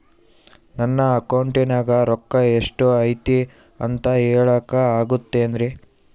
ನನ್ನ ಅಕೌಂಟಿನ್ಯಾಗ ರೊಕ್ಕ ಎಷ್ಟು ಐತಿ ಅಂತ ಹೇಳಕ ಆಗುತ್ತೆನ್ರಿ?